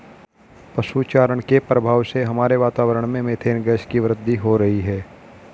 पशु चारण के प्रभाव से हमारे वातावरण में मेथेन गैस की वृद्धि हो रही है